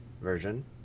version